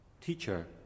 Teacher